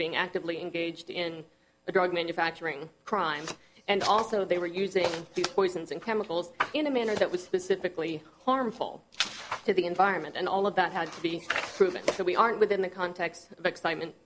being actively engaged in the drug manufacturing crime and also they were using the poisons and chemicals in a manner that was specifically harmful to the environment and all of that had to be proven that we aren't within the context of excitement